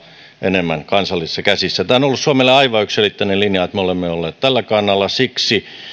enemmän kansallisissa käsissä tämä on ollut suomelle aivan yksiselitteinen linja että me olemme olleet tällä kannalla siksi